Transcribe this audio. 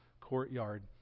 courtyard